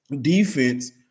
defense